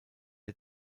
der